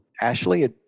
Ashley